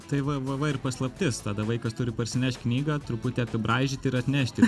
tai va va va ir paslaptis tada vaikas turi parsinešt knygą truputį apibraižyti ir atnešti